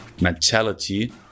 mentality